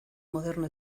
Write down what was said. moderno